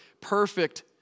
perfect